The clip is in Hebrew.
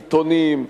מעיתונים,